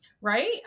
right